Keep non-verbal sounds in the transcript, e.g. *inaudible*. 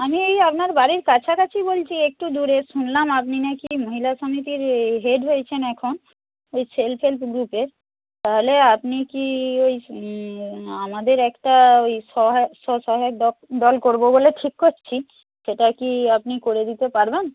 আমি এই আপনার বাড়ির কাছাকাছি বলছি একটু দূরে শুনলাম আপনি নাকি মহিলা সমিতির *unintelligible* হেড হয়েছেন এখন ওই সেলসের গ্রুপের তাহলে আপনি কি ওই আমাদের একটা ওই *unintelligible* সহায়ক দল করব বলে ঠিক করছি সেটা কি আপনি করে দিতে পারবেন